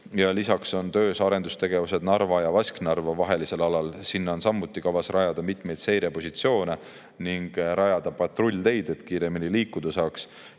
Lisaks on töös arendustegevused Narva ja Vasknarva vahelisel alal. Sinna on samuti kavas rajada mitmeid seirepositsioone ning patrullteid, et saaks kiiremini liikuda.